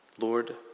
Lord